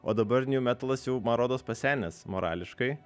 o dabar nju metalas jau man rodos pasenęs morališkai